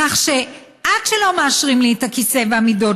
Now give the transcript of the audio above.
כך שעד שלא מאשרים לי את הכיסא והמידות